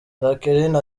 jacqueline